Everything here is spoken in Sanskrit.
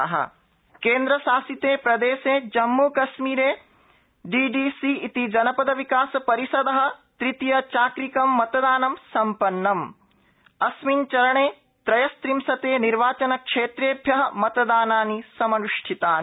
जम्मूकश्मीरः केन्द्रशासिते प्रदेशे जम्मूकश्मीरे डीडीसी इति जन द विकास रिषदः तृतीयचाक्रिकं मतदानं सम् न्नम अस्मिन चरणे त्रयस्त्रिंशते निर्वाचन क्षेत्रेभ्यः मतदानानि समन्ष्ठितानि